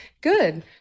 Good